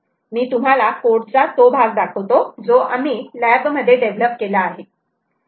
मी तुम्हाला कोड चा तो भाग दाखवतो जो आम्ही लॅब मध्ये डेव्हलप केला आहे